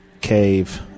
Cave